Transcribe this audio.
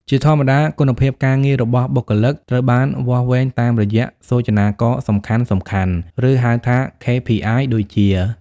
ជាធម្មតា គុណភាពការងាររបស់បុគ្គលិកត្រូវបានវាស់វែងតាមរយៈសូចនាករសំខាន់ៗ ឬហៅថា KPI ដូចជា៖